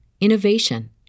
innovation